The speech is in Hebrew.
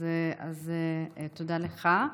אז תודה לך.